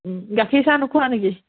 গাখীৰচাহ নোখোৱা নেকি